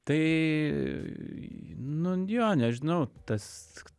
tai nu jo nežinau tas